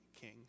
king